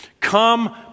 Come